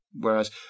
Whereas